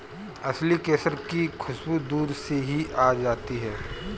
असली केसर की खुशबू दूर से ही आ जाती है